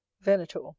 Venator